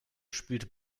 spielte